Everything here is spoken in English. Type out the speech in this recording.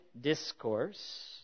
discourse